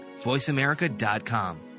voiceamerica.com